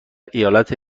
ایالت